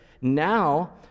Now